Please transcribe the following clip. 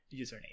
username